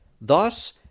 Thus